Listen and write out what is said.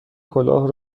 کلاه